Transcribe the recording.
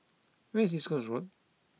where is East Coast Road